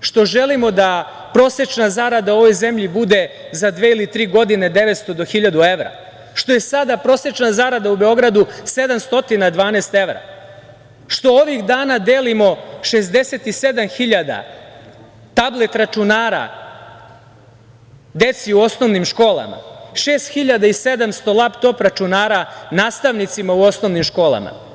što želimo da prosečna zarada u ovoj zemlji bude za dve ili tri godine devetsto do hiljadu evra, što je sada prosečna zarada u Beogradu 712 evra, što ovih dana delimo 67.000 tablet računara deci u osnovnim školama, 6.700 lap-top računara nastavnicima u osnovnim školama.